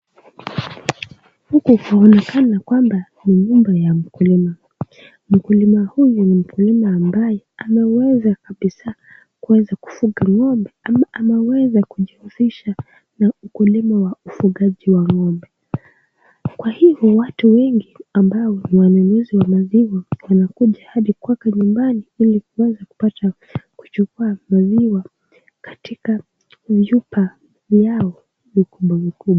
Huku kunaonekana kwamba ni nyumba ya mkulima. Mkulima huyu ni mkilima ambaye ameweza kabisa kuweza kufunga ng'ombe, ameweza kujihusisha na ukulima wa ufugaji wa ng'ombe. Kwa hivyo watu wengi ambao ni wanunuzi wa maziwa wanakuja hadi kwake nyumbani ili kupata kuchukua maziwa katika chupa yao mikubwa mikubwa.